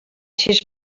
sis